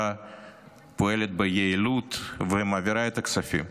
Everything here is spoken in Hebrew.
פועלת לגביהן ביעילות ומעבירה את הכספים,